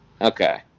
Okay